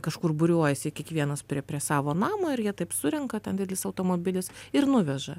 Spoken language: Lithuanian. kažkur būriuojasi kiekvienas prie prie savo namo ir jie taip surenka ten didelis automobilis ir nuveža